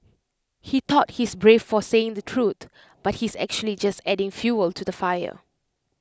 he thought he's brave for saying the truth but he's actually just adding fuel to the fire